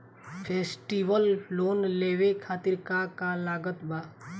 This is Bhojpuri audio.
फेस्टिवल लोन लेवे खातिर का का लागत बा?